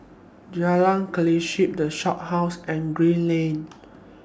Jalan Kelichap The Shophouse and Green Lane